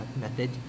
method